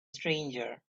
stranger